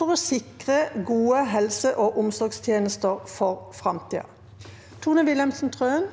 for å sikre gode helse- og omsorgstjenester for fremti- den?»